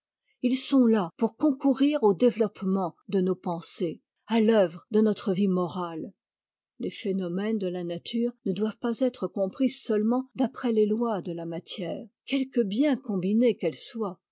ils sont là pour concourir au développement de nos pensées à i'œuvre de notre vie morale les phénomènes de la nature ne doivent pas être compris seulement d'après les lois de la matière quelque bien combinées qu'elles soient